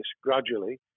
gradually